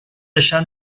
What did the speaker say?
deixar